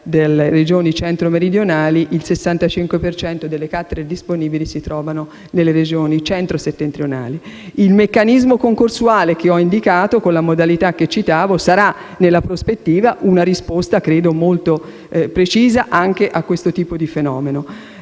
Il meccanismo concorsuale che ho indicato, con la modalità che citavo, sarà, nella prospettiva, una risposta molto precisa anche a questo tipo di fenomeno.